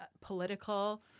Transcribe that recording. political